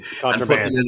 Contraband